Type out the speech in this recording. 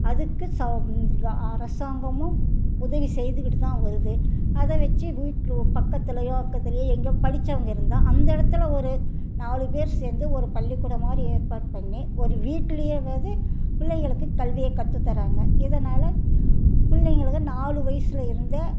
அதுக்கு ச அரசாங்கமும் உதவி செய்துக்கிட்டுதான் வருது அதை வச்சு வீட்டு பக்கத்துலேயோ அக்கத்துலேயோ எங்கோ படித்தவங்க இருந்தால் அந்த இடத்துல ஒரு நாலு பேர் சேர்ந்து ஒரு பள்ளிக்கூடம்மாதிரி ஏற்பாடு பண்ணி ஒரு வீட்டிலேயேவாது பிள்ளைங்களுக்கு கல்வியை கற்று தராங்க இதனால் பிள்ளைங்களுக்கு நாலு வயசில் இருந்த